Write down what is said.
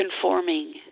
conforming